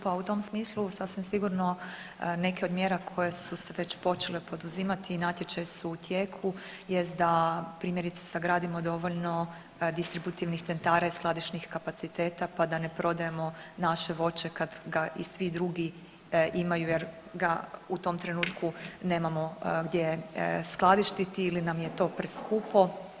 Pa u tom smislu sasvim sigurno neke od mjera koje su se već počele poduzimati natječaji su u tijeku jer da primjerice sagradimo dovoljno distributivnih centara i skladišnih kapaciteta pa da ne prodajemo naše voće kad ga i svi drugi imaju jer ga u tom trenutku nemamo gdje skladištiti ili nam je to preskupo.